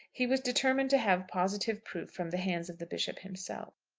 he was determined to have positive proof from the hands of the bishop himself.